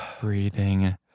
breathing